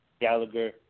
Gallagher